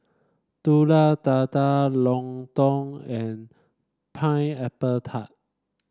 Telur Dadah lontong and Pineapple Tart